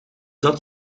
dat